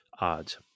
odds